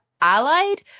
allied